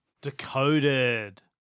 Decoded